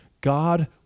God